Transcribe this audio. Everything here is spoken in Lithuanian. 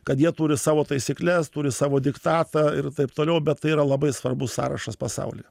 kad jie turi savo taisykles turi savo diktatą ir taip toliau bet tai yra labai svarbus sąrašas pasauly